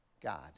God